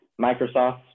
Microsoft